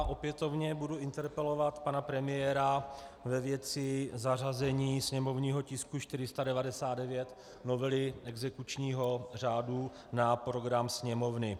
Opětovně budu interpelovat pana premiéra ve věci zařazení sněmovního tisku 499, novely exekučního řádu, na program Sněmovny.